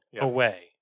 away